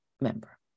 member